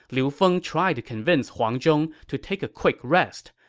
liu feng tried to convince huang zhong to take a quick rest,